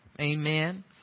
Amen